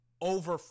over